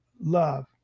love